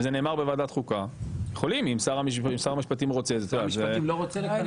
אם שר המשפטים רוצה -- שר המשפטים לא רוצה.